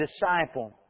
disciple